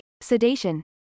sedation